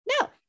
No